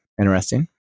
Interesting